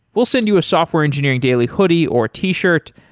we'll send you a software engineering daily hoodie, or t-shirt,